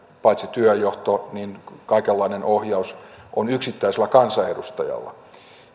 paitsi työnjohto niin kaikenlainen ohjaus on yksittäisellä kansanedustajalla